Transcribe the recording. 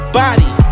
body